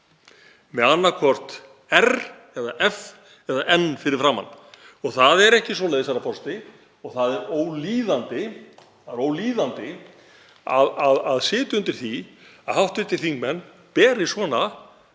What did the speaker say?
með annaðhvort r eða f eða n fyrir framan. Það er ekki svoleiðis, herra forseti, og það er ólíðandi að sitja undir því að hv. þingmenn beri svona